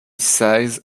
size